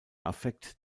affekt